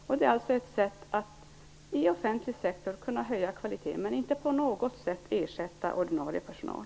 Det här är alltså ett sätt att höja kvaliteten i den offentliga sektorn, men inte på något sätt att ersätta ordinarie personal.